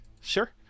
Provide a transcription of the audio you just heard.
Sure